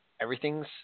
Everything's